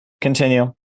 Continue